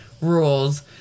rules